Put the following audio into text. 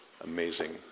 amazing